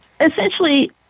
Essentially